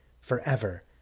forever